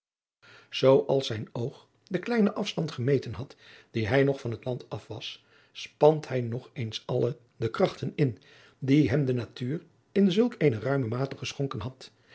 als zijn oog den kleinen afstand gemeten had die hij nog van het land af was spant hij nog eens alle de krachten in die hem de natuur in zulk eene ruime mate geschonken had